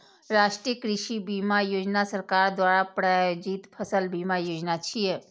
राष्ट्रीय कृषि बीमा योजना सरकार द्वारा प्रायोजित फसल बीमा योजना छियै